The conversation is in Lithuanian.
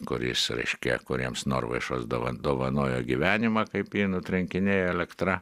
kuris reiškia kuriems norvaišas dovanojo gyvenimą kaip jį nutrenkinėjo elektra